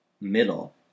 middle